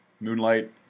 Moonlight